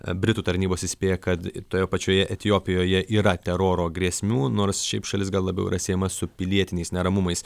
britų tarnybos įspėja kad toje pačioje etiopijoje yra teroro grėsmių nors šiaip šalis gal labiau yra siejama su pilietiniais neramumais